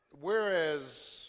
whereas